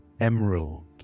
emerald